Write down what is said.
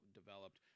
developed